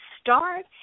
start